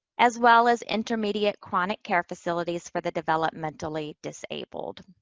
as well as intermediate chronic care facilities for the developmentally disabled.